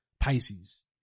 Pisces